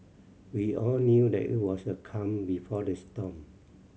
we all knew that it was the calm before the storm